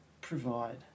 provide